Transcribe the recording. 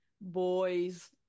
boys